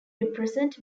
represent